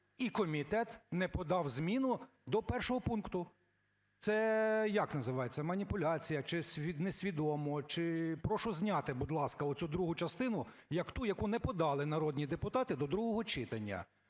і комітет не подав зміну до першого пункту. Це як називається, маніпуляція, чи несвідомо, чи…? Прошу зняти, будь ласка, цю другу частину як ту, яку не подали народні депутати до другого читання.